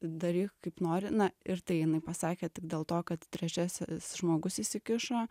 daryk kaip nori na ir tai jinai pasakė tik dėl to kad trečiasis žmogus įsikišo